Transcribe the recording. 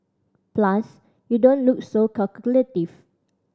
plus you don't look so calculative